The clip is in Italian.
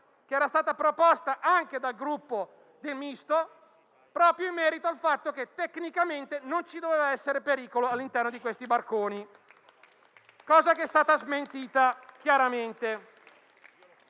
pregiudiziale proposta anche dal Gruppo Misto, proprio in merito al fatto che tecnicamente non ci doveva essere pericolo all'interno di quei barconi, cosa che è stata smentita chiaramente.